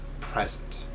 present